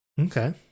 Okay